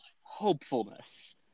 hopefulness